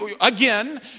Again